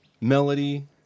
melody